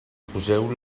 poseu